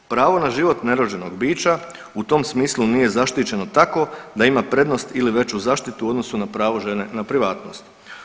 Pravo na život nerođenog bića u tom smislu nije zaštićeno tako da ima prednost ili veću zaštitu u odnosu na pravo žene na privatnost.